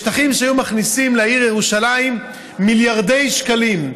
בשטחים שהיו מכניסים לעיר ירושלים מיליארדי שקלים,